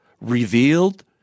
revealed